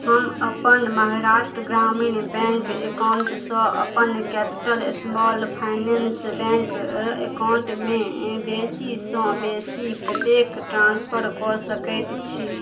हम अपन महाराष्ट्र ग्रामीण बैंक एकाउन्टसँ अपन कैपिटल स्माल फाइनेंस बैंक एकाउन्टमे बेसी सँ बेसी कतेक ट्राँसफर कऽ सकैत छियै